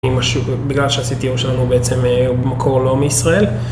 עם השוק, בגלל שה CTO שלנו בעצם הוא במקור לא מישראל.